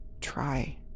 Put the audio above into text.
try